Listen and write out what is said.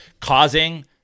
causing